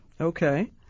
Okay